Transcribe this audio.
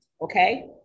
okay